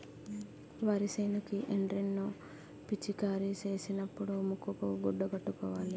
వరి సేనుకి ఎండ్రిన్ ను పిచికారీ సేసినపుడు ముక్కుకు గుడ్డ కట్టుకోవాల